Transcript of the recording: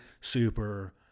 super